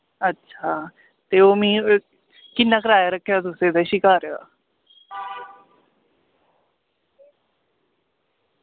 अच्छा ते ओ मैं किन्ना कराया रक्खे दा तुस इ'दा शिकारे दा